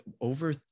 over